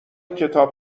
کتاب